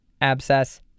abscess